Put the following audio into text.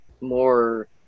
more